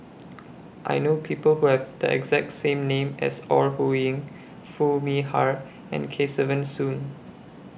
I know People Who Have The exact same name as Ore Huiying Foo Mee Har and Kesavan Soon